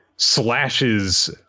Slashes